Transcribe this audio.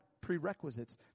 prerequisites